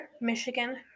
Michigan